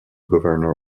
governor